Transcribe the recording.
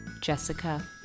Jessica